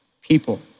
people